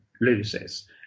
loses